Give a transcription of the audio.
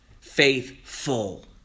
Faithful